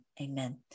Amen